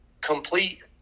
complete